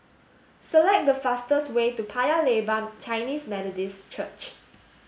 select the fastest way to Paya Lebar Chinese Methodist Church